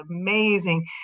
amazing